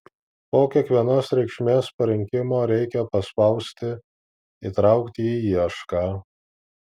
po kiekvienos reikšmės parinkimo reikia paspausti įtraukti į iešką